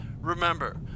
Remember